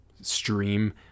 stream